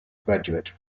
graduate